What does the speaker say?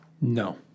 No